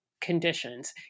conditions